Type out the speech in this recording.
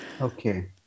Okay